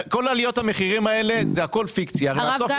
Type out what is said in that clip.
כל עליות המחירים האלה הן פיקציה; בסוף,